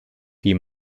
die